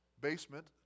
basement